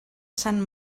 sant